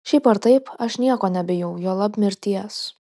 šiaip ar taip aš nieko nebijau juolab mirties